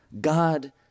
God